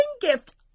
gift